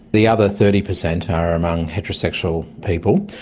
the other thirty percent are among heterosexual people,